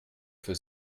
für